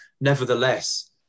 nevertheless